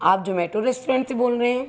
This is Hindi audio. आप जोमैटो रेस्टोरेंट बोल रहे हैं